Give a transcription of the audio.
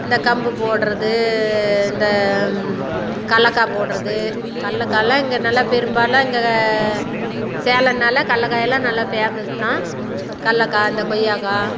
இந்த கம்பு போடுறது இந்த கடலக்கா போடுறது கடலக்கால்லாம் இங்கே நல்லா பெரும்பாலும் இங்கே சேலம்னாலே கடலக்காயல்லாம் நல்லா பேமஸ் தான் கடலக்கா இந்த கொய்யாக்கா